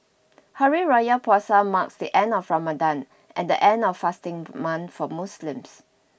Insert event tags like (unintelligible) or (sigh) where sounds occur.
Hari Raya Puasa marks the end of Ramadan and the end of fasting (unintelligible) for Muslims